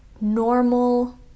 normal